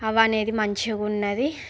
అవి అనేవి మంచిగా ఉన్నది